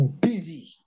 busy